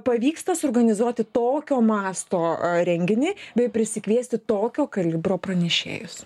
pavyksta suorganizuoti tokio masto renginį bei prisikviesti tokio kalibro pranešėjus